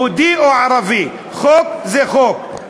יהודי או ערבי, חוק זה חוק.